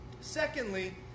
Secondly